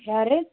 யார்